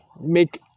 make